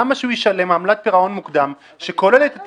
למה שהוא ישלם עמלת פירעון מוקדם שכוללת את